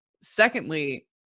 Secondly